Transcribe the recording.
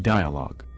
Dialogue